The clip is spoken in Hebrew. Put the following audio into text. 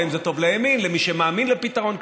האם זה טוב לימין, למי שמאמין בפתרון כזה?